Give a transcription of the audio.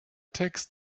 tax